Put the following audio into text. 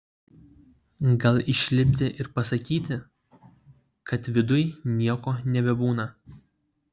gal išlipti ir pasakyti kad viduj nieko nebebūna